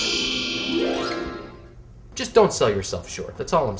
i just don't sell yourself short that's all